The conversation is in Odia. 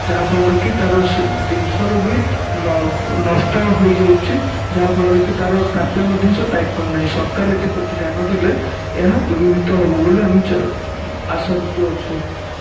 ଯାହା ଫଳରେ କି ତାର ଜିନିଷର ବି ନଷ୍ଟ ହୋଇଯାଉଛି ଯାହାଫଳରେ କି ତାର ପ୍ରାପ୍ୟ ମଧ୍ୟ ସେ ପାଇ ପାରୁନାହିଁ ସରକାର ଏଥି ପ୍ରତି ଧ୍ୟାନ ଦେଲେ ଏହା ଦୂରୀଭୂତ ହେବ ବୋଲି ଆମେ ଆଶାନ୍ଵିତ ଅଛୁ